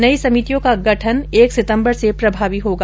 नयी समितियों का गठन एक सितंबर से प्रभावी होगा